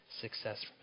success